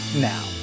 now